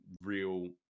real